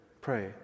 Pray